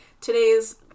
today's